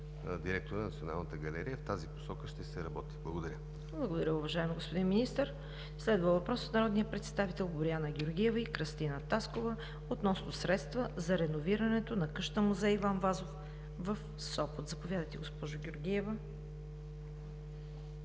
директора на Националната галерия. В тази посока ще се работи. Благодаря. ПРЕДСЕДАТЕЛ ЦВЕТА КАРАЯНЧЕВА: Благодаря, уважаеми господин Министър. Следва въпрос от народните представители Боряна Георгиева и Кръстина Таскова относно средства за реновирането на къщата музей „Иван Вазов“ в Сопот. Заповядайте, госпожо Георгиева.